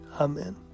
Amen